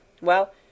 Well